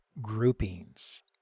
groupings